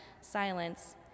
silence